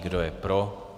Kdo je pro?